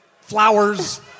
flowers